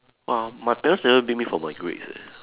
my my parents never beat me for my grades eh